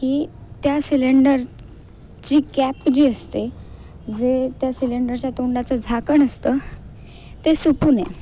की त्या सिलेंडरची कॅप जी असते जे त्या सिलेंडरच्या तोंडाचं झाकण असतं ते सुटू नये